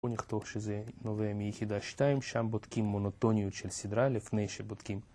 בוא נכתוב שזה נובע מיחידה שתיים, שם בודקים מונוטוניות של סדרה לפני שבודקים.